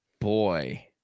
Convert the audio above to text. boy